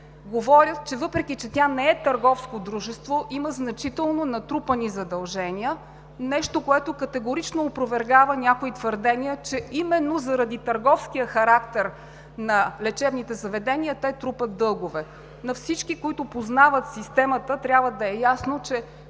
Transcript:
добре. Въпреки че тя не е търговско дружество, има значително натрупани задължения, нещо което категорично опровергава някои твърдения, че именно заради търговския характер на лечебните заведения, те трупат дългове. На всички, които познават системата, трябва да е ясно, че